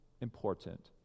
important